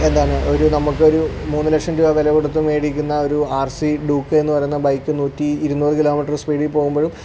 എന്താണ് ഒരു നമുക്ക് ഒരു മൂന്ന് ലക്ഷം രൂപ വില കൊടുത്തു മേടിക്കുന്ന ഒരു ആർ സി ഡൂക്ക് എന്നു പറയുന്ന ബൈക്ക് നൂറ്റി ഇരുന്നൂറ് കിലോമീറ്ററ് സ്പീഡിൽ പോകുമ്പോഴും